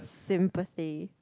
simplest